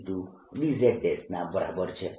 2πsdsdz ના બરાબર છે